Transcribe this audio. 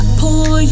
pull